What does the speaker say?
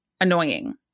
annoying